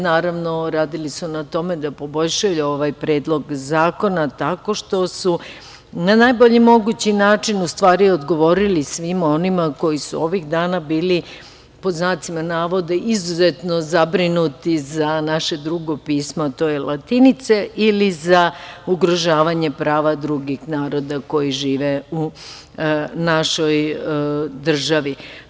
Naravno, radili su na tome da poboljšaju ovaj predlog zakona tako što su na najbolji mogući način u stvari odgovorili svima onima koji su ovih dana bili, pod znacima navoda, izuzetno zabrinuti za naše drugo pismo, a to je latinica ili za ugrožavanje prava drugih naroda koji žive u našoj državi.